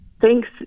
thanks